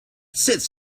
sits